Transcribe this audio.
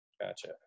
gotcha